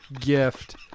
gift